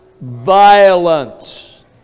violence